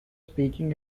speaking